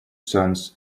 sons